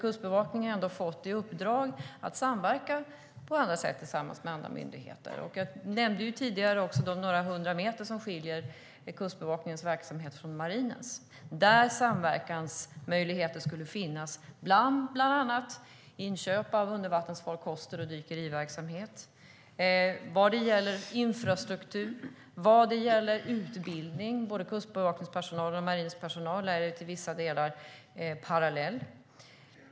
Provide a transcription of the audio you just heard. Kustbevakningen har fått i uppdrag att samverka på andra sätt med andra myndigheter. Jag nämnde tidigare att det är några hundra meter som skiljer Kustbevakningens verksamhet från marinens. Samverkansmöjligheter skulle kunna finnas bland annat när det gäller inköp av undervattensfarkoster och dykeriverksamhet. Det gäller infrastruktur. Det gäller utbildning - kustbevakningspersonal och marinpersonal är till vissa delar parallella.